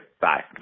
Bye